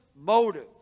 motive